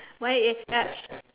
why is ah